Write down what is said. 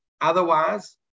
otherwise